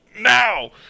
now